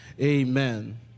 Amen